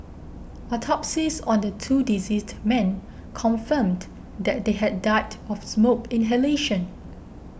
autopsies on the two deceased men confirmed that they had died of smoke inhalation